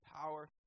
power